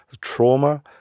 trauma